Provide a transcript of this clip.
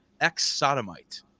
ex-sodomite